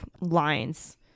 lines